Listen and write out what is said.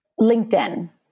LinkedIn